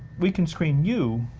we can screen you,